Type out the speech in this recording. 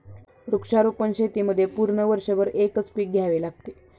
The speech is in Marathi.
वृक्षारोपण शेतीमध्ये पूर्ण वर्षभर एकच पीक घ्यावे लागते